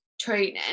training